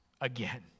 again